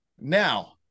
Now